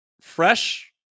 fresh